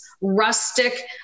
rustic